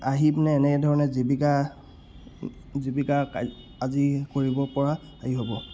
আহি পিনে এনেধৰণে জীৱিকা জীৱিকা আজি কৰিব পৰা হেৰি হ'ব